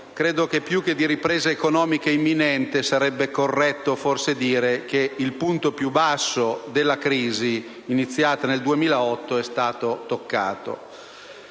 credo che più che di ripresa economica imminente sarebbe corretto forse dire che il punto più basso della crisi, iniziata nel 2008, è stato toccato.